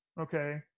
Okay